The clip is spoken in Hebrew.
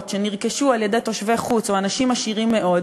שנרכשו על-ידי תושבי חוץ או אנשים עשירים מאוד,